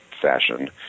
fashion